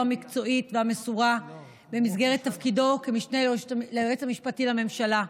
המקצועית והמסורה במסגרת תפקידו כמשנה ליועץ המשפטי לממשלה.